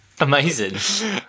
amazing